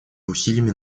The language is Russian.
усилиями